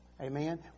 Amen